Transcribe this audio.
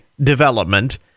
development